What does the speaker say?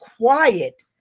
quiet